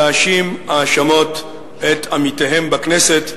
להאשים האשמות את עמיתיהם בכנסת.